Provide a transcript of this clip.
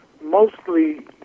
mostly